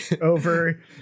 over